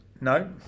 No